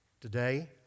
today